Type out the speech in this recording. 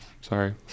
Sorry